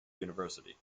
university